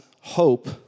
hope